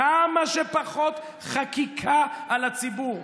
כמה שפחות חקיקה על הציבור,